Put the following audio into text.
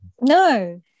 No